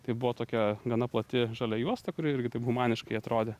tai buvo tokia gana plati žalia juosta kuri irgi taip humaniškai atrodė